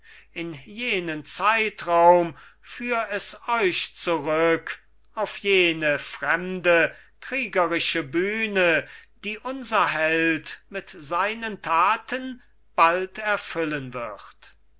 in jenen zeitraum führ es euch zurück auf jene fremde kriegerische bühne die unser held mit seinen taten bald erfüllen wird